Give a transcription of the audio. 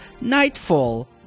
Nightfall